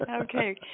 Okay